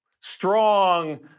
Strong